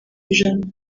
ijana